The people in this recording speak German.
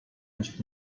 nicht